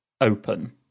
open